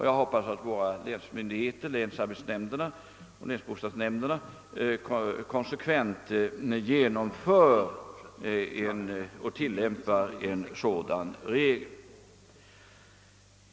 Jag hoppas att våra länsböstadsnämnder och länsarbetsnämnder konsekvent skall tillämpa denna regel.